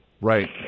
Right